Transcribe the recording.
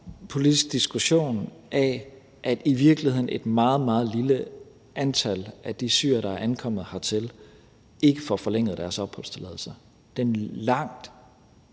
politisk diskussion af, at et i virkeligheden meget, meget lille antal af de syrere, der er ankommet hertil, ikke får forlænget deres opholdstilladelser. Den langt